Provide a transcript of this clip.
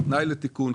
כתנאי לתיקון,